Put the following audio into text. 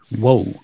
Whoa